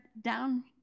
down